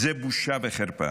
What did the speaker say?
זו בושה וחרפה.